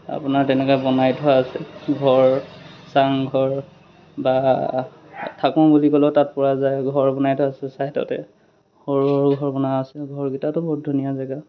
আপোনাৰ তেনেকৈ বনাই থোৱা আছে ঘৰ চাংঘৰ বা তাত থাকো বুলি ক'লেও তাত পৰা যায় ঘৰ বনাই থোৱা আছে চাইদতে সৰু সৰু ঘৰ বনোৱা আছে ঘৰকেইটাতো বহুত ধুনীয়া জেগা